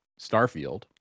Starfield